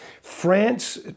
France